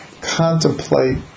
contemplate